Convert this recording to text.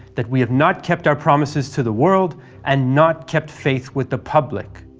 that we have not kept our promises to the world and not kept faith with the public.